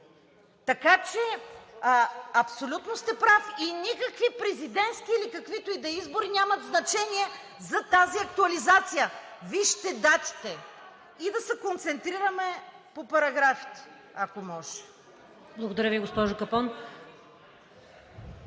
Така че абсолютно сте прав и никакви президентски или каквито и да е избори нямат значение за тази актуализация. Вижте датите и да се концентрираме по параграфите, ако може.